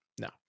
no